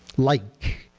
like,